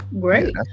great